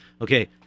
Okay